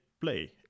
play